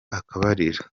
akabariro